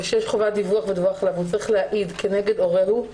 או שיש חובת דיווח וצריך להעיד כנגד הורהו,